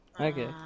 Okay